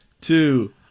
two